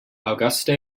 auguste